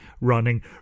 running